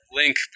link